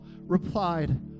replied